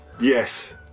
Yes